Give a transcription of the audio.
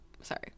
Sorry